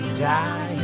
die